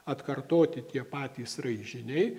atkartoti tie patys raižiniai